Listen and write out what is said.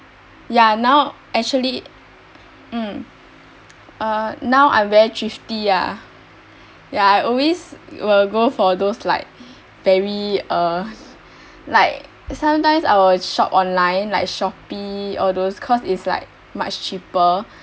ya now actually mm uh now I very thrifty ah ya I always will go for those like very uh like sometimes I will shop online like shopee all those cause is like much cheaper